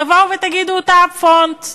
תבואו ותגידו אותה upfront,